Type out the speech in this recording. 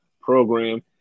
program